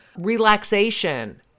relaxation